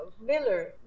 miller